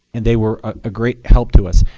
and they were a great help to us.